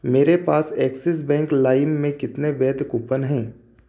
मेरे पास Axis Bank Lime में कितने वैध कूपन हैं